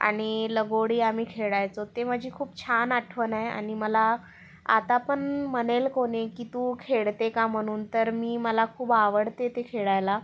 आणि लगोरी आम्ही खेळायचो ते म्हणजे खूप छान आठवण आहे आणि मला आता पण म्हणेल कोणी की तू खेळते का म्हणून तर मी मला खूप आवडते ते खेळायला